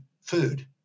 food